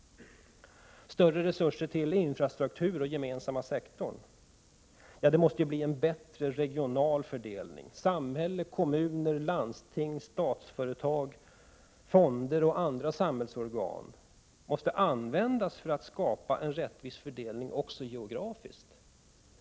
Större resurser till infrastruktur och till den gemensamma sektorn. Det måste bli en bättre regional fördelning. Samhället, kommuner, landsting, statliga företag, fonder och andra samhällsorgan måste användas för att skapa en rättvis fördelning också geografiskt.